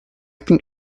think